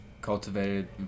cultivated